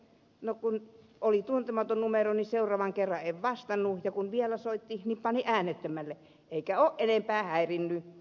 no kun oli tuntematon numero niin seuraavan kerran en vastannut ja kun vielä soitti niin panin äänettömälle eikä ole enempää häirinnyt